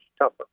tougher